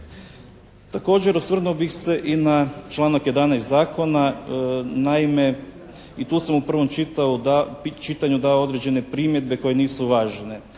Također osvrnuo bih se i na članak 11. Zakona. Naime, i tu sam u prvom čitanju dao određene primjedbe koje nisu uvažene.